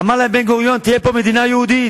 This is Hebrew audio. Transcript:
אמר להם בן-גוריון: תהיה פה מדינה יהודית,